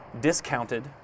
discounted